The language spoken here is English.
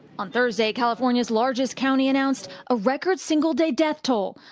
on thursday, california's largest county announced a record single day death toll,